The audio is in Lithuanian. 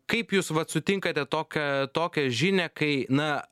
kaip jūs vat sutinkate tokią tokią žinią kai na